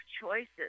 choices